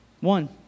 One